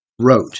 wrote